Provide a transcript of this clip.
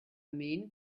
mean